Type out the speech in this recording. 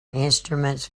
instruments